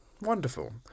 Wonderful